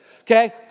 okay